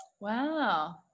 wow